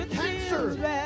cancer